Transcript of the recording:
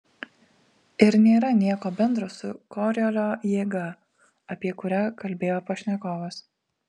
ir nėra nieko bendro su koriolio jėga apie kurią kalbėjo pašnekovas